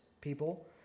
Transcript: people